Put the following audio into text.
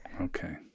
Okay